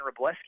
Robleski